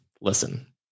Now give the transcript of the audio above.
listen